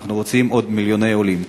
אנחנו רוצים עוד מיליוני עולים.